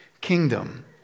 kingdom